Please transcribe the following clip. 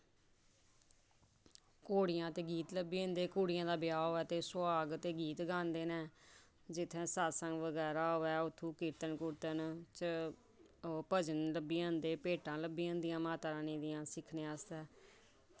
घोड़ियां ते गीत लब्भी जंदे न ते कुड़ियें दा ब्याह् होऐ ते सुहाग ते गीत गांदे न जित्थै सत्संग बगैरा होऐ ते उत्थै कीर्तन बगैरा भजन बी होंदे भेटां लब्भी जंदियां माता रानी दियां सिक्खनै आस्तै